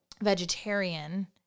vegetarian